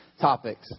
topics